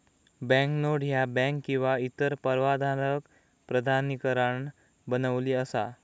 banknote ह्या bank किंवा इतर परवानाधारक प्राधिकरणान बनविली असा